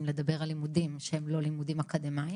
לדבר על לימודים שהם לא לימודים אקדמיים,